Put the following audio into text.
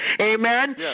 amen